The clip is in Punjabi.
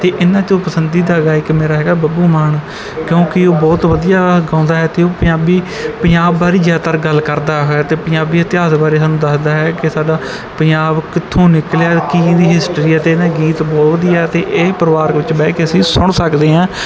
ਅਤੇ ਇਹਨਾਂ 'ਚੋਂ ਪਸੰਦੀਦਾ ਗਾਇਕ ਮੇਰਾ ਹੈਗਾ ਬੱਬੂ ਮਾਨ ਕਿਉਂਕਿ ਉਹ ਬਹੁਤ ਵਧੀਆ ਗਾਉਂਦਾ ਹੈ ਅਤੇ ਉਹ ਪੰਜਾਬੀ ਪੰਜਾਬ ਬਾਰੇ ਜ਼ਿਆਦਾਤਰ ਗੱਲ ਕਰਦਾ ਹੈ ਅਤੇ ਪੰਜਾਬੀ ਇਤਿਹਾਸ ਬਾਰੇ ਸਾਨੂੰ ਦੱਸਦਾ ਹੈ ਕਿ ਸਾਡਾ ਪੰਜਾਬ ਕਿੱਥੋਂ ਨਿਕਲਿਆ ਕੀ ਇਹਦੀ ਹਿਸਟਰੀ ਹੈ ਅਤੇ ਇਹਦੇ ਗੀਤ ਬਹੁਤ ਵਧੀਆ ਅਤੇ ਇਹ ਪਰਿਵਾਰ ਵਿੱਚ ਬਹਿ ਕੇ ਅਸੀਂ ਸੁਣ ਸਕਦੇ ਹਾਂ